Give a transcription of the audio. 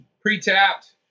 pre-tapped